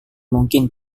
mungkin